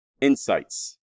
insights